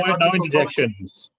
ah no interjections.